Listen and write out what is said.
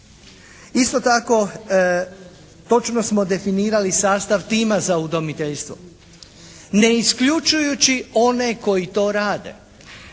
Isto tako, točno smo definirali sastav tima za udomiteljstvo ne isključujući one koji to rade.